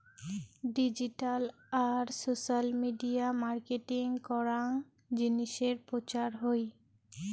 digital আর social media marketing করাং জিনিসের প্রচার হই